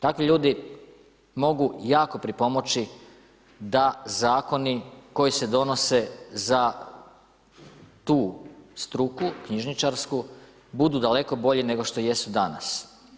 Takvi ljudi mogu jako pripomoći da zakoni koji se odnose za tu struku, knjižničarsku, budu daleko bolji nego što jesu danas.